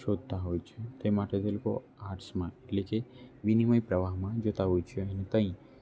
શોધતા હોય છે તે માટે તે લોકો આર્ટ્સમાં એટલે કે વિનિમય પ્રવાહમાં જતાં હોય છે અને ત્યાં